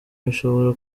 bishobora